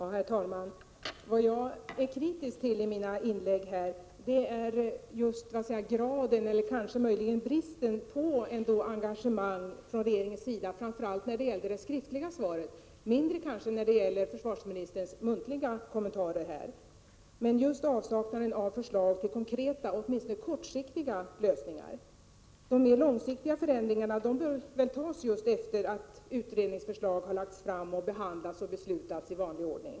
Herr talman! Vad jag i mina inlägg är kritisk till är just graden av eller kanske möjligen bristen på engagemang från regeringens sida. Avsaknaden av förslag till konkreta lösningar åtminstone på kort sikt framgår framför allt av det skriftliga svaret, kanske i något mindre grad av försvarsministerns muntliga kommentarer. Beslut om de mer långsiktiga förändringarna bör väl fattas efter det att utredningens förslag har lagts fram och behandlats i vanlig ordning.